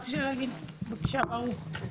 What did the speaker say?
בבקשה, ברוך.